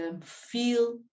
feel